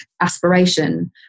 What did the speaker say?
aspiration